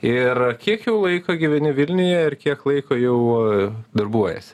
ir kiek laiko gyveni vilniuje ir kiek laiko jau darbuojiesi